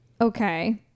Okay